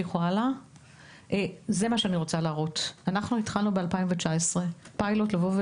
ב-2019 התחלנו פיילוט שאומר: